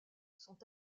sont